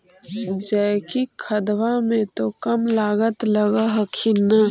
जैकिक खदबा मे तो कम लागत लग हखिन न?